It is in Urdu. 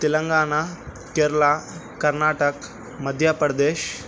تلنگانہ کیرلا کرناٹک مدھیہ پردیش